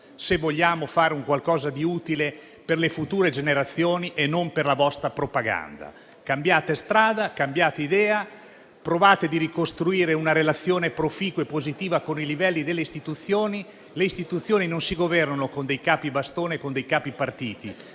Se vogliamo fare un qualcosa di utile per le future generazioni e non per la vostra propaganda, cambiate strada e cambiate idea; provate a ricostruire una relazione proficua e positiva con i livelli delle Istituzioni, che non si governano con dei capibastone e con dei capipartito,